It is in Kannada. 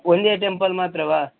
ಒಂದೇ ಟೆಂಪಲ್ ಮಾತ್ರವ